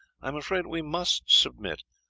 i am afraid we must submit.